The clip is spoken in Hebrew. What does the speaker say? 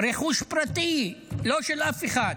רכוש פרטי, לא של אף אחד,